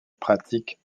pratique